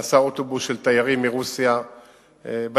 נסע אוטובוס של תיירים מרוסיה בדרום